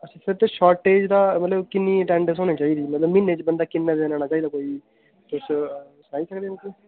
sir ते shortage दा मतलब किन्नी अटेंडेंस होनी चाहिदी म्हीने च बंदा किन्ने के दिन औना चाहिदा कोई किश सनाई सकदे मिगी